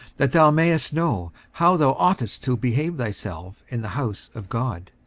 that thou mayest know how thou oughtest to behave thyself in the house of god,